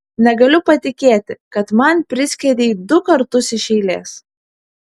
negaliu patikėti kad man priskiedei du kartus iš eilės